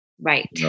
Right